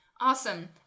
Awesome